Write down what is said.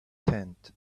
tent